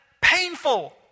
painful